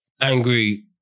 Angry